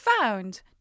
Found